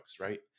right